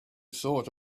thought